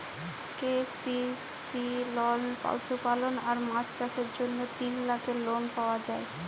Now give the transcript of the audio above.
KCC লল পশুপালল আর মাছ চাষের জ্যনহে তিল লাখের লল পাউয়া যায়